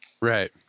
Right